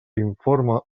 informa